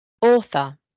author